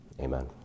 Amen